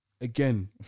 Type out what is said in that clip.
again